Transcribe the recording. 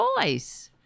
voice